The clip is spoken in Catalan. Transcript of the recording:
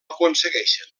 aconsegueixen